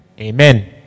Amen